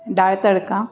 डाळ तडका